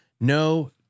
no